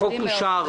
החוק אושר.